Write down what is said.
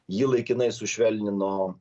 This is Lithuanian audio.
jį laikinai sušvelnino